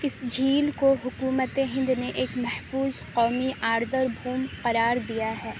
اس جھیل کو حکومت ہند نے ایک محفوظ قومی آردر بھوم قرار دیا ہے